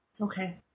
Okay